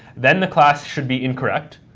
then the class should be incorrect,